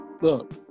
look